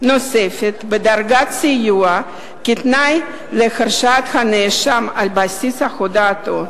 נוספת בדרגת סיוע כתנאי להרשעת הנאשם על בסיס הודאתו.